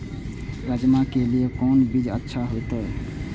राजमा के लिए कोन बीज अच्छा होते?